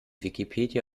wikipedia